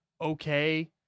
okay